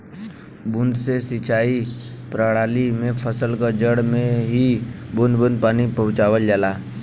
बूंद से सिंचाई प्रणाली में फसल क जड़ में ही बूंद बूंद पानी पहुंचावल जाला